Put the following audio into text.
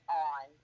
on